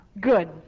Good